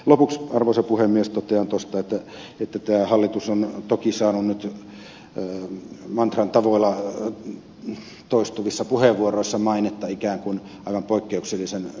lopuksi arvoisa puhemies totean tuosta että tämä hallitus on toki saanut nyt mantran tavoin toistuvissa puheenvuoroissa mainetta ikään kuin aivan poikkeuksellisen luonnonsuojeluvihamielisenä hallituksena